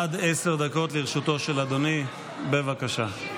עד עשר דקות לרשותו של אדוני, בבקשה.